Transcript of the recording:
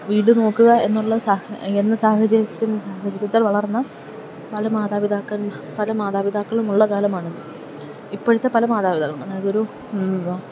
വീടു നോക്കുക എന്നുള്ള സാഹചര്യത്തില് വളർന്ന പല മാതാപിതാക്കളുമുള്ള കാലമാണ് ഇപ്പോഴത്തെ പല മാതാപിതാക്കളും അതായതൊരു എന്താ